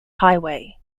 highway